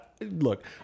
look